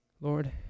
Lord